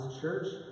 church